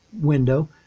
window